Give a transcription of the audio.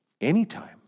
anytime